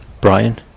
Brian